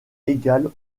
égale